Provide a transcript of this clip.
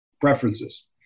preferences